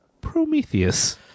prometheus